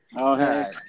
Okay